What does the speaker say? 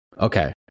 okay